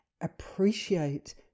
appreciate